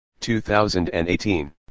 2018